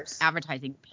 advertising